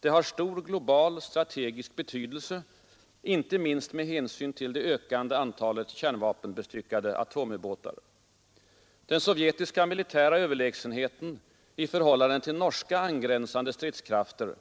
Det har stor global strategisk betydelse, inte minst med hänsyn till det ökande antalet kärnvapenbestyckade atomubåtar. Den sovjetiska militära överlägsenheten i förhållande till norska angränsande stridskrafter